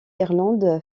irlande